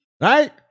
Right